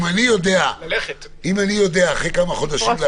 אם אני יודע אחרי כמה חודשים,